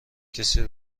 کسی